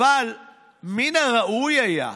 אבל מן הראוי היה,